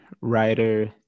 writer